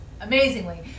amazingly